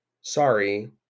sorry